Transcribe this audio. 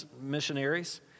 missionaries